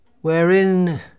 wherein